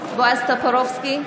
בועז טופורובסקי,